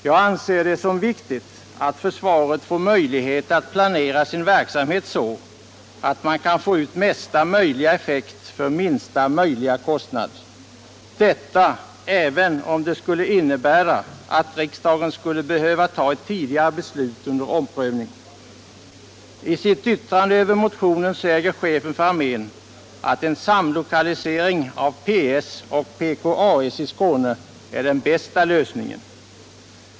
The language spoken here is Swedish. Jag anser det viktigt att försvaret får möjlighet att planera sin verksamhet så att man kan få ut mesta möjliga effekt för minsta möjliga kostnad — detta även om det skulle innebära att riksdagen skulle behöva ta ett tidigare beslut under omprövning. I sitt yttrande över motionen säger chefen för armén att en samlokalisering av PS och PKAS i Skåne är den bästa lösningen.